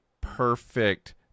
perfect